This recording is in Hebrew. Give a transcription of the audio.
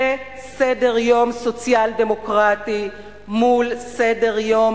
זה סדר-יום סוציאל-דמוקרטי מול סדר-יום